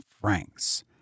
francs